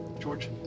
George